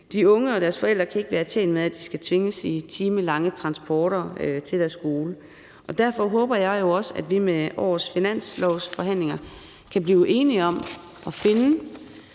De unge og deres forældre kan ikke være tjent med, at de skal tvinges til timelange transporter til deres skole, og derfor håber jeg jo også, at vi ved årets finanslovsforhandlinger kan blive enige om at finde